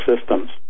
systems